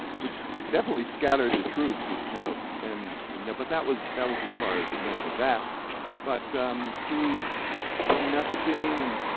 which definitely scattered the troops, you know and know, but that was that was as far as it went with that but um through messaging and,